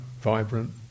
Vibrant